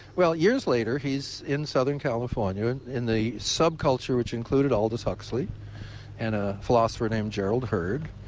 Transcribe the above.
well, years later he's in southern california and in the subculture which included all aldous huxley and a philosopher named gerald heard.